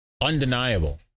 Undeniable